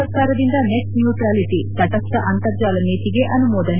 ಸರ್ಕಾರದಿಂದ net neutrality ತಟಸ್ನ ಅಂತರ್ಜಾಲ ನೀತಿಗೆ ಅನುಮೋದನೆ